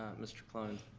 mr. colon,